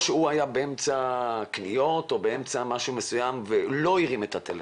או שהוא היה באמצע קניות או באמצע משהו מסוים ולא הרים את הטלפון,